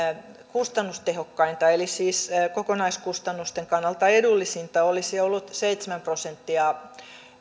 kustannustehokkainta eli siis kokonaiskustannusten kannalta edullisinta olisi ollut seitsemän prosenttia